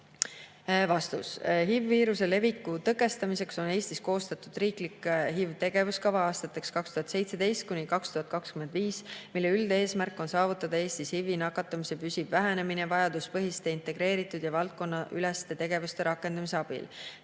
Vastus. HI-viiruse leviku tõkestamiseks on Eestis koostatud riiklik HIV-tegevuskava aastateks 2017–2025, mille üldeesmärk on saavutada Eestis HIV-i nakatumise püsiv vähenemine vajaduspõhiste, integreeritud ja valdkonnaüleste tegevuste rakendamise abil.